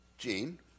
gene